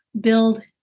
build